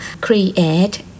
create